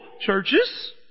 churches